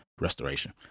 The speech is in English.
restoration